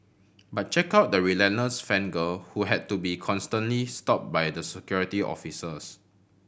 but check out the relentless fan girl who had to be constantly stopped by the Security Officers